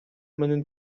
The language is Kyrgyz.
менин